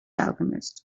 alchemist